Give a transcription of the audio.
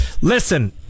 Listen